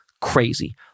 crazy